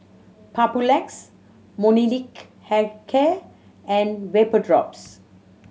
Papulex Molnylcke Health Care and Vapodrops